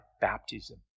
baptism